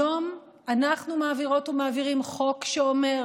היום אנחנו מעבירות ומעבירים חוק שאומר